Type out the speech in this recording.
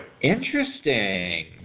Interesting